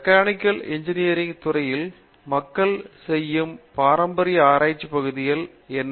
mechanical engineering துறையில் மக்கள் செய்யும் பாரம்பரிய ஆராய்ச்சி பகுதிகள் என்ன